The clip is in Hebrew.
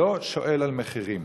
לא שואל על מחירים.